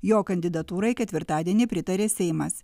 jo kandidatūrai ketvirtadienį pritarė seimas